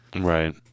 Right